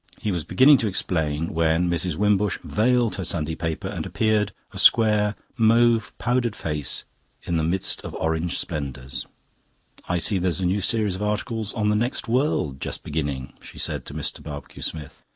he was beginning to explain, when mrs. wimbush vailed her sunday paper, and appeared, a square, mauve-powdered face in the midst of orange splendours i see there's a new series of articles on the next world just beginning, she said to mr. barbecue-smith.